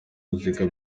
muzika